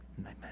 Amen